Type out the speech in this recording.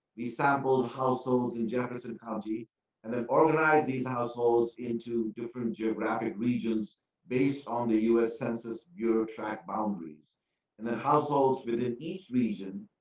the sampled households in jefferson county and then organize these households into different geographic regions based on the u. s. census bureau track boundaries and the households within each region,